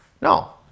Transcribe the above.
no